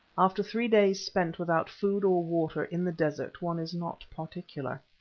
after three days spent without food or water, in the desert, one is not particular.